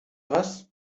was